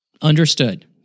understood